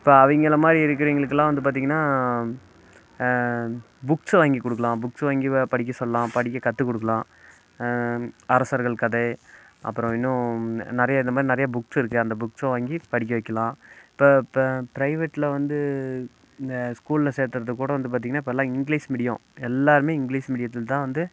இப்போ அவங்கள மாதிரி இருக்கிறவிங்களுக்குலாம் வந்து பார்த்தீங்கனா புக்ஸ்ஸை வாங்கி கொடுக்கலாம் புக்ஸ்ஸை வாங்கி படிக்க சொல்லாம் படிக்க கற்று கொடுக்கலாம் அரசர்கள் கதை அப்புறம் இன்னும் நிறைய இந்த மாதிரி நிறைய புக்ஸ் இருக்குது அந்த புக்ஸ்ஸை வாங்கி படிக்க வைக்கலாம் இப்போ இப்போ ப்ரைவேட்டில் வந்து இந்த ஸ்கூலில் சேர்த்துறத்துக்கு கூட வந்து பார்த்தீங்கனா இப்பெல்லாம் இங்கிலிஷ் மீடியம் எல்லாேருமே இங்கிலிஷ் மீடியத்தில் தான் வந்து